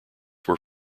were